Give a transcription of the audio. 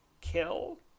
kill